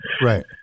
right